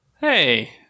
Hey